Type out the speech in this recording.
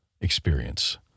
experience